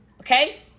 okay